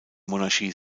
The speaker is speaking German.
monarchie